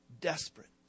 Desperate